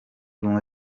ubumwe